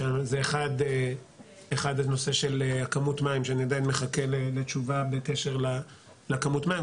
שזה אחד זה נושא של הכמות מים שאני עדיין מחכה לתשובה בקשר לכמות מים,